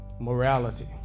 Morality